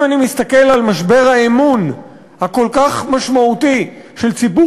אם אני מסתכל על משבר האמון הכל-כך משמעותי של ציבור